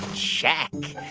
check.